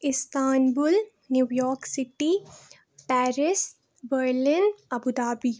Istanbul New York city Paris Berlin Abu Dhabi